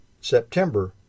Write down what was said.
September